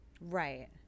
right